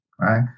right